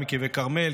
גם יקבי כרמל,